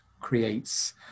creates